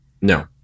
No